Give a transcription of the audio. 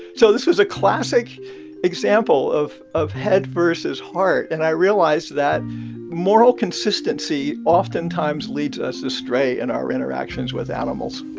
so this was a classic example of of head versus heart. and i realized that moral consistency oftentimes leads us astray in our interactions with animals.